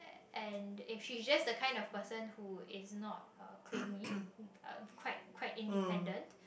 and if she just the kind of person who is not uh clingy uh quite quite independent